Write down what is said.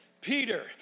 Peter